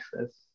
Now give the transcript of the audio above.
access